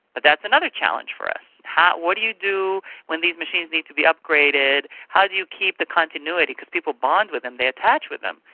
but that's another challenge for us what do you do when these machines need to be upgraded, how do you keep the continuity, because people bond with them, they attach with them,